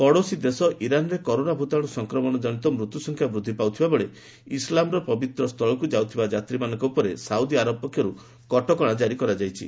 ପଡୋଶୀ ଦେଶଇରାନରେ କରୋନା ଭୂତାଣୁ ସଂକ୍ରମଣ ଜନିତ ମୃତ୍ୟୁସଂଖ୍ୟା ବୃଦ୍ଧି ପାଉଥିବାବେଳେ ଇସ୍ଲାମର ପବିତ୍ର ସ୍ଥୁଳକୁ ଯାଉଥିବା ଯାତ୍ରୀମାନଙ୍କ ଉପରେ ସାଉଦିଆରବ ପକ୍ଷରୁ କଟକଶା ଜାରି କରାଯାଇଛି